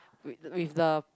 with the